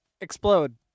explode